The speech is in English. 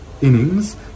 innings